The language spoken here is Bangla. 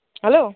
হ্যালো